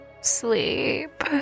Sleep